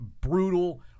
brutal